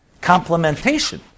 complementation